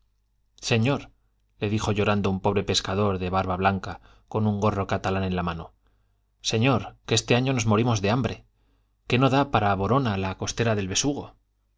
palomares señor le dijo llorando un pobre pescador de barba blanca con un gorro catalán en la mano señor que este año nos morimos de hambre que no da para borona la costera del besugo